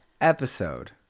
episode